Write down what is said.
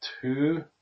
two